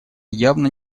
явно